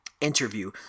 interview